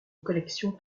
collection